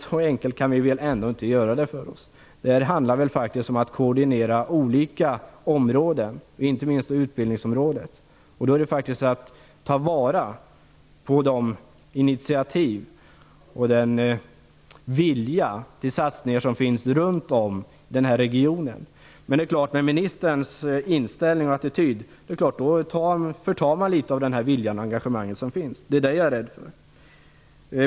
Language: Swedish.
Så enkelt kan vi väl ändå inte göra det för oss. Det här handlar om att koordinera olika områden, inte minst utbildningsområdet. Då gäller det att ta vara på de initiativ och den vilja till satsningar som finns runt om i regionen. Med ministerns inställning och attityd förtar man litet av den vilja och det engagemang som finns. Det är det jag är rädd för.